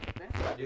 לא.